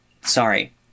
Sorry